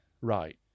Right